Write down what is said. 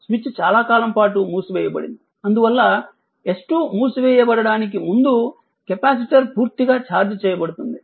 switch చాలా కాలం పాటు మూసివేయబడింది అందువల్ల S2 మూసివేయబడటానికి ముందు కెపాసిటర్ పూర్తిగా ఛార్జ్ చేయబడుతుంది